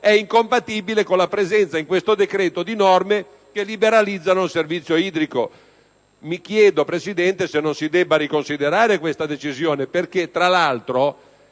è incompatibile con la presenza in questo decreto-legge di norme che liberalizzano il servizio idrico. Mi chiedo, signor Presidente, se non si debba riconsiderare questa decisione, tenuto conto